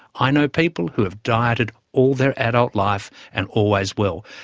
i know people who have dieted all their adult life and always will.